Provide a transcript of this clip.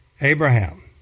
Abraham